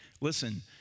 Listen